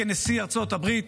כנשיא ארצות הברית,